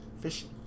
Fishing